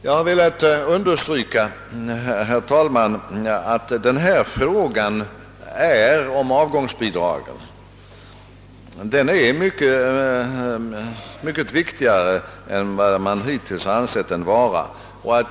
Jag har, herr talman, velat understryka att frågan om avgångsbidrag är mycket viktigare än vad man hittills ansett.